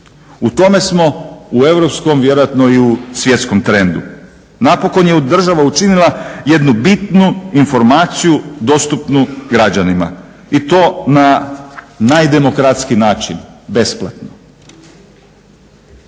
U tome smo u europskom, vjerojatno i u svjetskom trendu. Napokon je država učinila jednu bitnu informaciju dostupnu građanima i to na najdemokratskiji način besplatno.